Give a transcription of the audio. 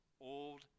Old